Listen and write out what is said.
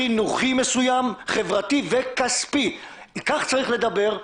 חינוכי מסוים חברתי וכספי - כך צריך לדבר.